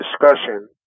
discussion